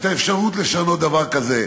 את האפשרות לשנות דבר כזה.